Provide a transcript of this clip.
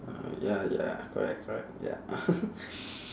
uh ya ya correct correct ya